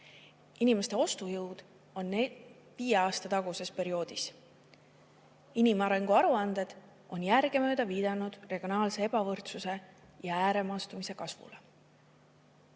Inimeste ostujõud on samasugune nagu viie aasta tagusel perioodil. Inimarengu aruanded on järgemööda viidanud regionaalse ebavõrdsuse ja ääremaastumise kasvule. Tõsi,